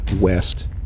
west